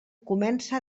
comença